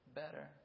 better